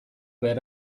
behar